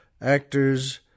actors